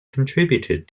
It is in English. contributed